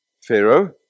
Pharaoh